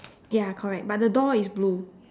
ya correct but the door is blue